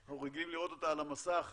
אנחנו רגילים לראות אותה על המסך בבקשה,